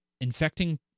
Infecting